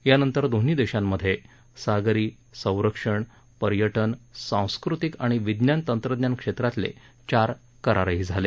यानंतर दोन्ही देशांमध्ये सागरी संरक्षण पर्यटन सांस्कृतिक आणि विज्ञान तंत्रज्ञान क्षेत्रातले चार करारही झाले